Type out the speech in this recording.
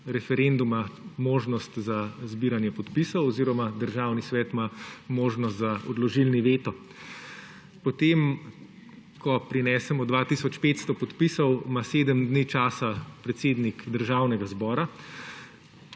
referenduma možnost za zbiranje podpisov, oziroma Državni svet ima možnost za odložilni veto. Ko pa prinesemo 2 tisoč 500 podpisov, ima predsednik Državnega zbora